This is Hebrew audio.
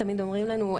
תמיד אומרים לנו,